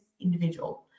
individual